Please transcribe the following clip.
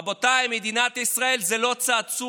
רבותיי, מדינת ישראל זה לא צעצוע.